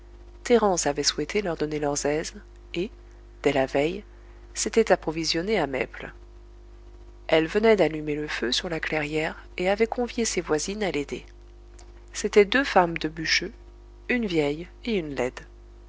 thérence avait souhaité leur donner leurs aises et dès la veille s'était approvisionnée à mesples elle venait d'allumer le feu sur la clairière et avait convié ses voisines à l'aider c'étaient deux femmes de bûcheux une vieille et une laide